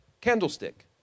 candlestick